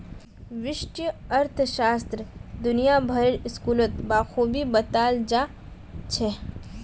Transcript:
व्यष्टि अर्थशास्त्र दुनिया भरेर स्कूलत बखूबी बताल जा छह